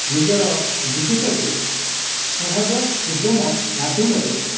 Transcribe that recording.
ନିଜର ଜୀବିକାକୁ ସହଜ ସୁଗମ ମାଧ୍ୟମରେ